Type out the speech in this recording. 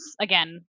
again